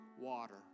water